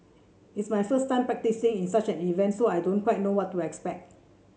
it's my first time participating in such an event so I don't quite know what to expect